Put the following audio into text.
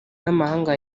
n’amahanga